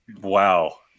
Wow